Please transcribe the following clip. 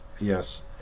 Yes